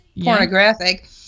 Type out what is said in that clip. pornographic